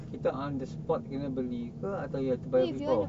kita on the spot kena beli ke atau you have to buy before